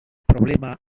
problema